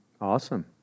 Awesome